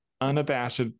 Unabashed